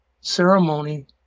ceremony